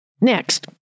Next